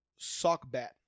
Sockbat